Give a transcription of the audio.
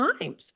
times